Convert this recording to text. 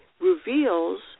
reveals